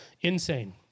insane